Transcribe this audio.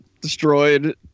destroyed